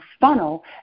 funnel